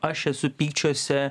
aš esu pykčiuose